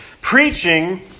Preaching